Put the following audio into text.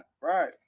right